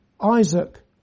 Isaac